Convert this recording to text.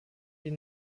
die